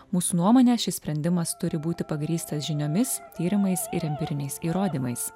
mūsų nuomone šis sprendimas turi būti pagrįstas žiniomis tyrimais ir empiriniais įrodymais